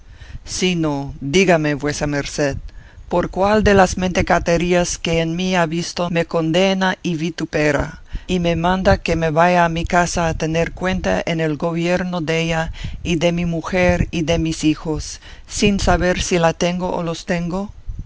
no dígame vuesa merced por cuál de las mentecaterías que en mí ha visto me condena y vitupera y me manda que me vaya a mi casa a tener cuenta en el gobierno della y de mi mujer y de mis hijos sin saber si la tengo o los tengo